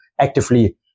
actively